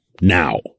now